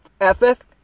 ethic